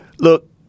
Look